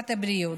לטובת הבריאות.